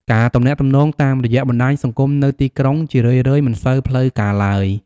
ការទំនាក់ទំនងតាមរយៈបណ្ដាញសង្គមនៅទីក្រុងជារឿយៗមិនសូវផ្លូវការឡើយ។